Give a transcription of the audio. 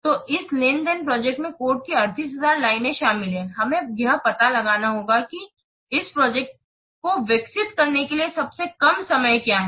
तो इस लेन देन प्रोजेक्ट में कोड की 38000 लाइनें शामिल हैं हमें यह पता लगाना होगा कि इस प्रोजेक्ट को विकसित करने के लिए सबसे कम समय क्या है